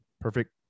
perfect